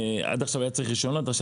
עד עכשיו היה צריך רישיונות ועכשיו